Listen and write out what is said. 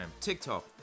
TikTok